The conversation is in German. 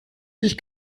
ich